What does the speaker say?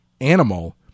animal